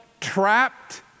trapped